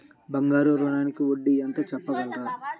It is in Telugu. బంగారు ఋణంకి వడ్డీ ఎంతో చెప్పగలరా?